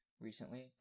Recently